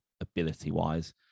ability-wise